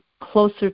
closer